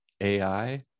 AI